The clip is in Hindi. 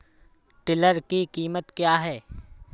टिलर की कीमत क्या है?